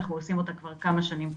אנחנו עושים כבר כמה שנים טובות.